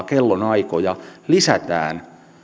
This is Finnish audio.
kellonaikoja lisätään